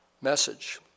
message